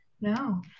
no